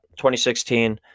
2016